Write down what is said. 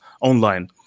online